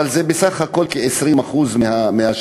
אבל זה בסך הכול כ-20% מהשאר,